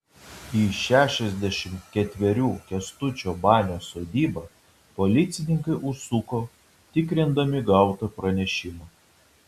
į šešiasdešimt ketverių kęstučio banio sodybą policininkai užsuko tikrindami gautą pranešimą